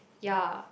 ya